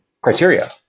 criteria